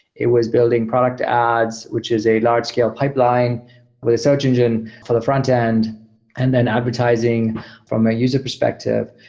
it was building product ads, which is a large scale pipeline with a search engine for the frontend and then advertising from a user perspective.